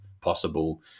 possible